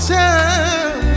time